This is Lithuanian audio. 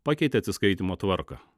pakeitė atsiskaitymo tvarką